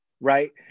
right